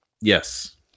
Yes